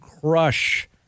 crush